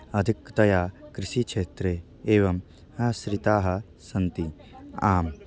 अधिकतया कृषिक्षेत्रे एवम् आश्रिताः सन्ति आम्